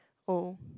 oh